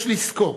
יש לזכור,